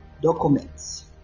documents